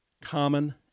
common